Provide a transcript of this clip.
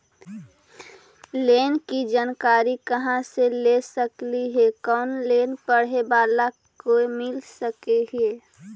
Loan की जानकारी कहा से ले सकली ही, कोन लोन पढ़े बाला को मिल सके ही?